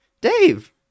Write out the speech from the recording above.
Dave